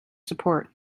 support